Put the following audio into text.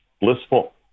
blissful